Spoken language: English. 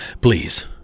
please